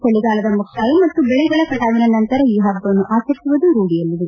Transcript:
ಚಳಿಗಾಲದ ಮುಕ್ತಾಯ ಮತ್ತು ಬೆಳೆಗಳ ಕಟಾವಿನ ನಂತರ ಈ ಪಬ್ಬವನ್ನು ಆಚರಿಸುವುದು ರೂಢಿಯಲ್ಲಿದೆ